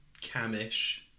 camish